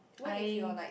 I